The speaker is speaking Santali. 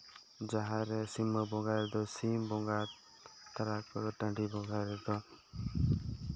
ᱡᱟᱦᱮᱨ ᱨᱮ ᱥᱤᱢᱟᱹ ᱵᱚᱸᱜᱟ ᱨᱮᱫᱚ ᱥᱤᱢ ᱵᱚᱸᱜᱟ ᱛᱟᱨᱯᱚᱨᱮ ᱴᱟᱺᱰᱤ ᱵᱚᱸᱜᱟᱭ ᱨᱮᱫᱚ